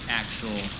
actual